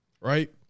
Right